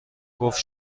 گفت